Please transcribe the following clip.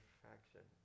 faction